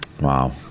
Wow